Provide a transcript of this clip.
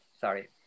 Sorry